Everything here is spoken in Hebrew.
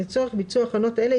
לצורך ביצוע הכנות אלה,